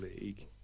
League